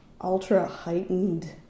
ultra-heightened